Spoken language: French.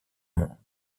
mondes